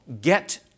get